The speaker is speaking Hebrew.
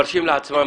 מרשים לעצמם,